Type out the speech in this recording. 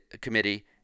committee